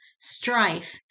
Strife